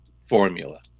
formula